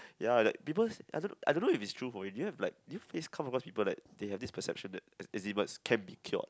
ya that people I don't I don't know if it's true for you do you have like do you face come across people like they have this perception that eczema can be cured